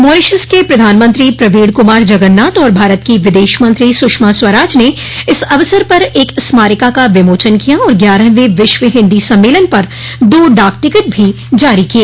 Mauritius के प्रधानमंत्री प्रवीण कुमार जगन्नाथ और भारत की विदेश मंत्री सषमा स्वराज ने इस अवसर पर एक स्मारिका का विमोचन किया और ग्यारहवें विश्व हिन्दी सम्मेलन पर दो डाक टिकट भी जारी किए